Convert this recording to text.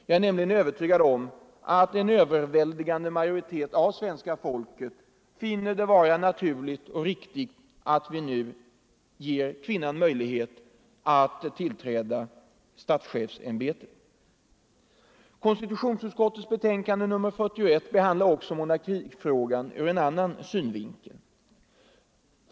Jag är övertygad om att en stor majoritet av svenska folket finner det naturligt och riktigt att vi nu ger kvinnan möjlighet att tillträda statschefsämbetet. Konstitutionsutskottets betänkande nr 41 behandlar också monarkifrågan ur en annan synvinkel.